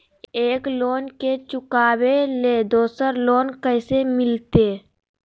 एक लोन के चुकाबे ले दोसर लोन कैसे मिलते?